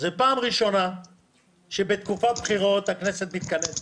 זו הפעם הראשונה שבתקופת בחירות הכנסת מתכנסת.